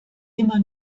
immer